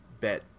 bet